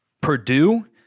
Purdue